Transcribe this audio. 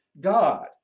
God